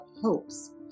hopes